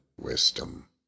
wisdom